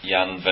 Jan